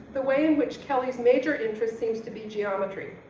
the way in which kelly's major interest seems to be geometry.